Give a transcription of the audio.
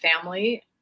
family